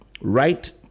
right